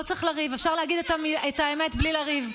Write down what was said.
לא צריך לריב, אפשר להגיד את האמת בלי לריב.